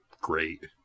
great